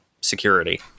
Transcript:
security